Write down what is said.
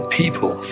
people